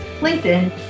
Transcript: LinkedIn